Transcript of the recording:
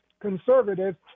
conservatives